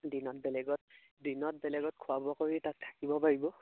দিনত বেলেগত দিনত বেলেগত খোৱা বোৱা কৰি তাত থাকিব পাৰিব